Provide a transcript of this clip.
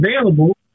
available